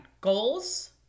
goals